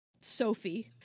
Sophie